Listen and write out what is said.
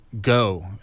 go